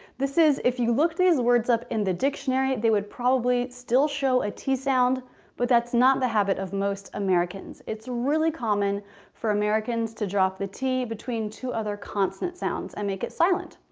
this is if you look these words up in the dictionary they would probably still show a t sound but that's not the habit of most americans. it's really common for americans to drop the t between two other consonant sounds and make it silent.